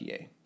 PA